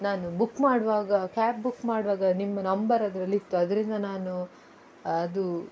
ನಾನು ಬುಕ್ ಮಾಡುವಾಗ cab book ಮಾಡುವಾಗ ನಿಮ್ಮ ನಂಬರ್ ಅದರಲ್ಲಿತ್ತು ಅದರಿಂದ ನಾನು ಅದು